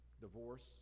divorce